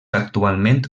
actualment